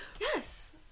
Yes